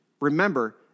remember